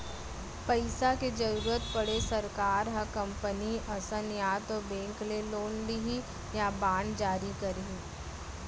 पइसा के जरुरत पड़े सरकार ह कंपनी असन या तो बेंक ले लोन लिही या बांड जारी करही